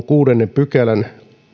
kuudennen pykälän